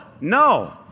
no